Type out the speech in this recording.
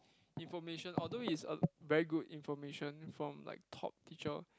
information although is a very good information from like top teacher